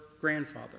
grandfather